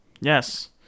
Yes